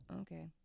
Okay